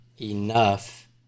enough